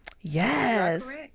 Yes